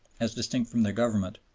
as distinct from their government,